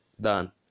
Done